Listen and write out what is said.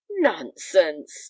nonsense